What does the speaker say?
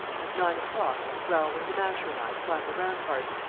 at nine o'clock, the growler, the masher and i climb the ramparts,